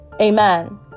amen